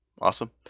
Awesome